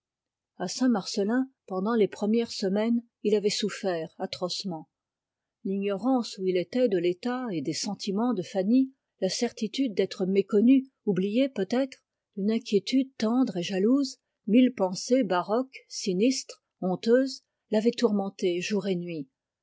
à saint marcellin pendant les premières semaines il avait souffert atrocement l'ignorance où il était de l'état et des sentiments de fanny la certitude d'être méconnu oublié peut-être une inquiétude tendre et jalouse mille pensées baroques sinistres honteuses l'avaient tourmenté jour et nuit